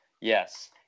yes